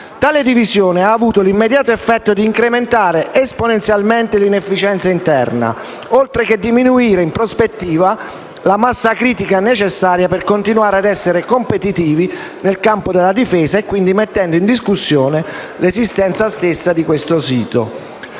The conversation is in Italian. Tale divisione ha avuto l'immediato effetto di incrementare esponenzialmente l'inefficienza interna, oltre che diminuire, in prospettiva, la massa critica necessaria per continuare ad essere competitivi nel campo della difesa, quindi mettendo in discussione l'esistenza stessa del sito.